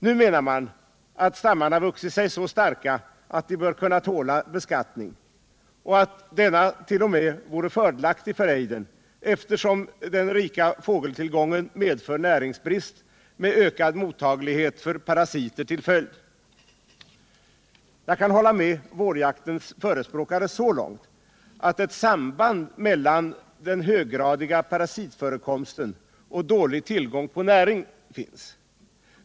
Nu menar man att stammarna vuxit sig så starka att de bör kunna tåla beskattning och att denna t.o.m. vore fördelaktig för ejdern, eftersom den rika fågeltillgången medför näringsbrist med ökad mottaglighet för parasiter som följd. Jag kan hålla med vårjaktens förespråkare så långt att jag medger att det finns ett samband mellan den höggradiga parasitförekomsten och dålig tillgång på näring.